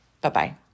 Bye-bye